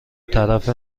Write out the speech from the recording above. طرف